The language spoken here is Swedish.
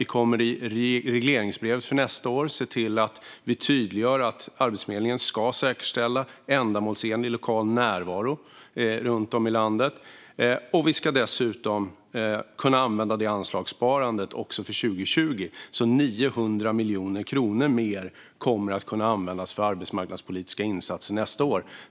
Vi kommer i regleringsbrevet för nästa år att tydliggöra att Arbetsförmedlingen ska säkerställa ändamålsenlig lokal närvaro runt om i landet. Vi ska dessutom kunna använda anslagssparandet också för 2020, vilket innebär att 900 miljoner kronor mer kommer att kunna användas för arbetsmarknadspolitiska insatser nästa år.